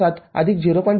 ७ ०